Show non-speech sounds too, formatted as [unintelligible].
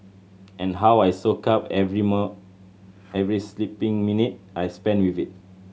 and how I soak up every [unintelligible] every sleeping minute I spend with it